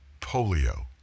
polio